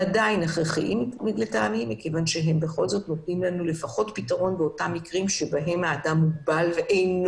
הם עדיין הכרחיים כי הם נותנים לנו פתרון במקרה שאדם מוגבל ואינו